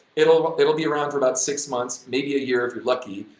it'll but it'll be around for about six months, maybe a year if you're lucky,